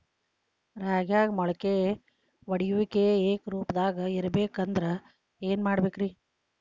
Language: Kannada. ರಾಗ್ಯಾಗ ಮೊಳಕೆ ಒಡೆಯುವಿಕೆ ಏಕರೂಪದಾಗ ಇರಬೇಕ ಅಂದ್ರ ಏನು ಮಾಡಬೇಕ್ರಿ?